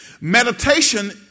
meditation